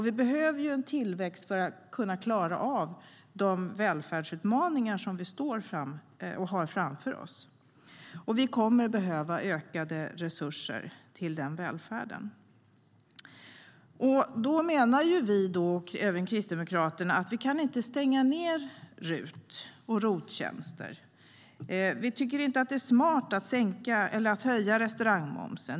Vi behöver en tillväxt för att kunna klara av de välfärdsutmaningar vi har framför oss. Vi kommer att behöva ökade resurser till den välfärden. Kristdemokraterna menar att vi inte kan stänga ned RUT och ROT-tjänsterna. Vi tycker inte att det är smart att höja restaurangmomsen.